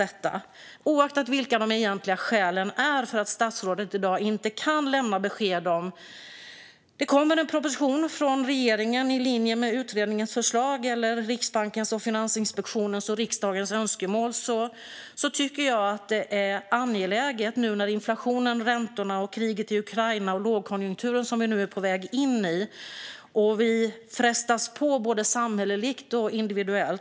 Men oavsett vilka de egentliga skälen är till att statsrådet i dag inte kan lämna besked om det kommer någon proposition från regeringen i linje med utredningens förslag eller Riksbankens, Finansinspektionens och riksdagens önskemål tycker jag att det är angeläget nu på grund av inflationen, räntorna, kriget i Ukraina och lågkonjunkturen som vi är på väg in i. Vi frestas på, både samhälleligt och individuellt.